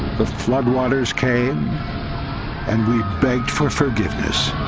the floodwaters came and we begged for forgiveness